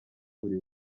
buri